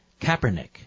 Kaepernick